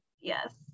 Yes